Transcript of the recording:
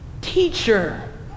teacher